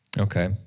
Okay